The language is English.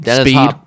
speed